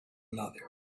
another